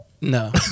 no